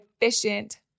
efficient